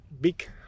big